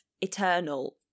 eternal